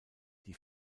die